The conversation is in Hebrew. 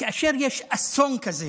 כאשר יש אסון כזה